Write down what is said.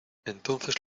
entonces